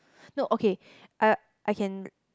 no okay I I can